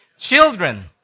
Children